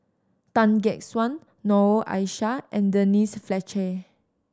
Tan Gek Suan Noor Aishah and Denise Fletcher